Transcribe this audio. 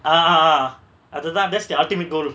ah added that that's their ultimate goal